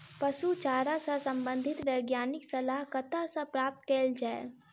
पशु चारा सऽ संबंधित वैज्ञानिक सलाह कतह सऽ प्राप्त कैल जाय?